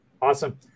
Awesome